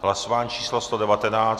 Hlasování číslo 119.